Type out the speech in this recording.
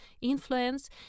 influence